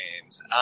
games